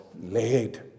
laid